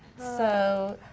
so,